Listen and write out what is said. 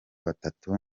batatu